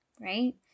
right